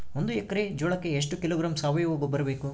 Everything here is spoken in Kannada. ಒಂದು ಎಕ್ಕರೆ ಜೋಳಕ್ಕೆ ಎಷ್ಟು ಕಿಲೋಗ್ರಾಂ ಸಾವಯುವ ಗೊಬ್ಬರ ಬೇಕು?